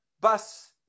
bus